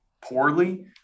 poorly